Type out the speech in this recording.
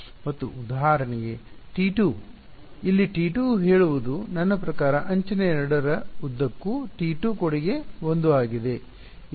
ಮತ್ತು T2 ಉದಾಹರಣೆಗೆ ಇಲ್ಲಿ T2 ಹೇಳುವುದು ಮಾತಾಡುವುದು ನನ್ನ ಪ್ರಕಾರ ಅಂಚಿನ 2 ರ ಉದ್ದಕ್ಕೂ T2 ಕೊಡುಗೆ 1 ಆಗಿದೆ ಇತರ ಅಂಚುಗಳ ಉದ್ದಕ್ಕೂ 0 ಆಗಿದೆ